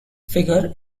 figure